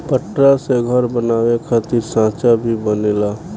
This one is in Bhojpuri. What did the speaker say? पटरा से घर बनावे खातिर सांचा भी बनेला